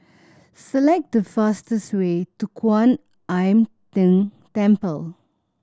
select the fastest way to Kwan Im Tng Temple